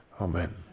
Amen